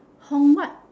hong what